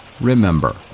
remember